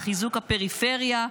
חיזוק הפריפריה,